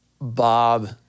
Bob